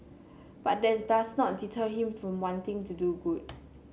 but that does not deter him from wanting to do good